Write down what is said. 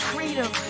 Freedom